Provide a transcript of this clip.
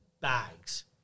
bags